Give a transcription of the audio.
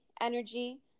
energy